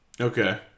Okay